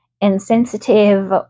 insensitive